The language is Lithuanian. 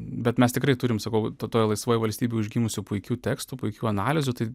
bet mes tikrai turime sakau toj laisvoj valstybėj užgimusių puikių tekstų puikių analizių tai